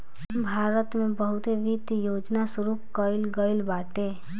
भारत में बहुते वित्त योजना शुरू कईल गईल बाटे